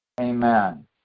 amen